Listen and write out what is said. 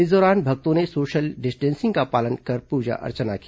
इस दौरान भक्तों ने सोशल डिस्टेंसिंग का पालन कर पूजा अर्चना की